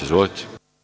Izvolite.